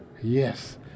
yes